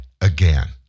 again